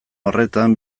horretan